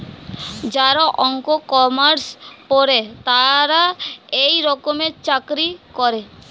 যারা অঙ্ক, কমার্স পরে তারা এই রকমের চাকরি করে